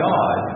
God